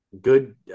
good